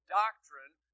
doctrine